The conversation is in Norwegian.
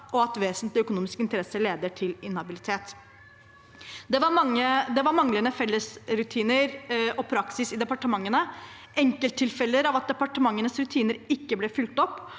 og at vesentlig økonomisk interesse leder til inhabilitet Det var manglende felles praksis og rutiner i departementene, enkelttilfeller av at departementenes rutiner ikke ble fulgt opp